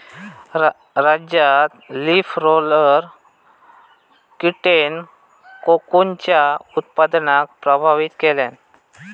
राज्यात leaf roller कीटेन कोकूनच्या उत्पादनाक प्रभावित केल्यान